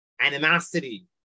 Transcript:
animosity